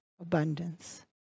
abundance